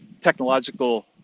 technological